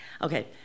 okay